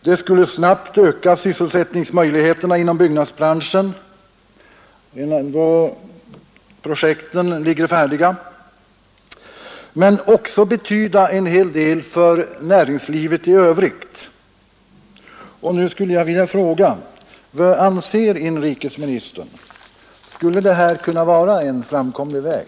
Den skulle snabbt öka sysselsättningsmöjligheterna inom byggnadsbranschen, då projekten ligger färdiga, men också betyda en hel del för näringslivet i övrigt.